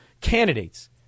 candidates